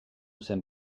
zen